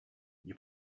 you